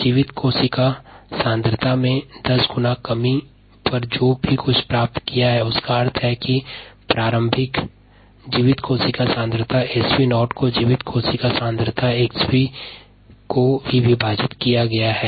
जीवित कोशिका की प्रारंभिक सांद्रता xv0 को जीवित कोशिका की सांद्रता xv से भाग किया जाता है